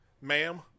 ma'am